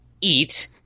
eat